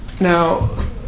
Now